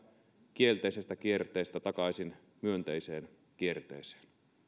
kielteisestä kierteestä takaisin myönteiseen kierteeseen